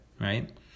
right